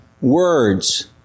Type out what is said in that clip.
words